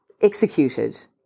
executed